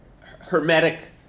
hermetic